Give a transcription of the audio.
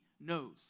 knows